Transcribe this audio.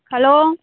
hello